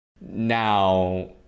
now